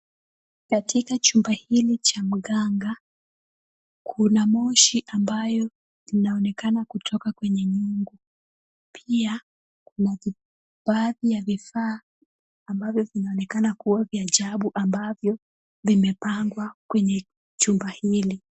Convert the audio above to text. Katika chumba hili cha mganga, kuna moshi ambayo inaonekana kutoka kwenye nyungu. Pia kuna baadhi ya vifaa ambavyo vinaonekana kuwa ya ajabu ambavyo vimepangwa kwenye chumba hili.